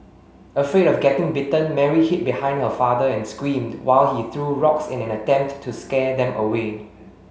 afraid of getting bitten Mary hid behind her father and screamed while he threw rocks in an attempt to scare them away